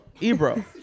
Ebro